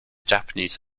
japanese